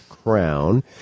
Crown